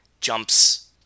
jumps